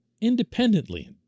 independently